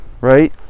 right